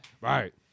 right